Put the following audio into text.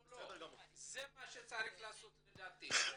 זה מה שצריך לעשות לדעתי.